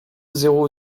zéro